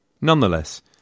Nonetheless